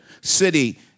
city